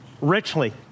richly